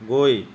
গৈ